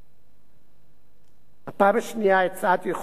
הפעם השנייה, הצעת חוק-יסוד: החקיקה,